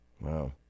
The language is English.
Wow